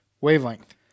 Wavelength